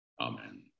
Amen